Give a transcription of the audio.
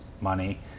money